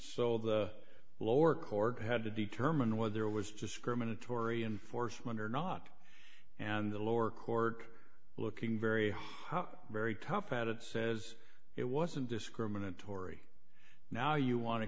so the lower court had to determine whether there was discriminatory enforcement or not and the lower court looking very hard very tough out it says it wasn't discriminatory now you want to